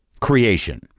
creation